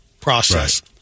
process